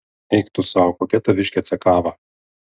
eik tu sau kokia taviškė cekava